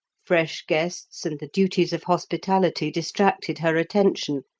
fresh guests and the duties of hospitality distracted her attention,